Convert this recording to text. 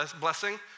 blessing